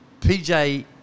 PJ